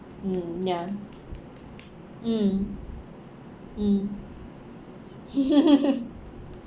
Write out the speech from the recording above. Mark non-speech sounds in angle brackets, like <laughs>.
mm ya mm mm <laughs>